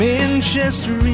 Manchester